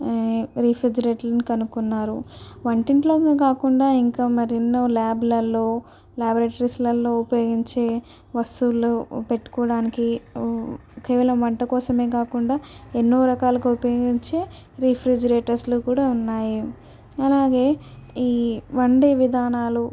రీఫ్రిజరేటర్లని కనుకొన్నారు వంటింట్లోకే కాకుండా ఇంకా మరెన్నో ల్యాబ్లలో ల్యాబరేటరీస్లలో ఉపయోగించే వస్తువులు పెట్టుకోవడానికి కేవలం వంట కోసమే కాకుండా ఎన్నో రకాలుగా ఉపయోగించే రీఫ్రిజరేటర్స్లు కూడా ఉన్నాయి అలాగే ఈ వండే విధానాలు